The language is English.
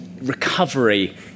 recovery